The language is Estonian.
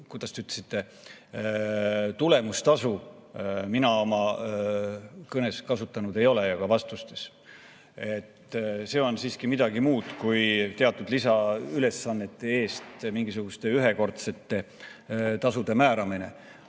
kuidas te ütlesite? "Tulemustasu" mina oma kõnes kasutanud ei ole ja ka vastustes mitte. See on siiski midagi muud kui teatud lisaülesannete eest mingisuguste ühekordsete tasude määramine. Aga